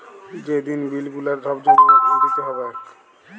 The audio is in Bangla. যে দিন বিল গুলা সব জমা দিতে হ্যবে